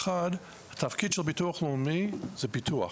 אחת, התפקיד של ביטוח לאומי זה ביטוח.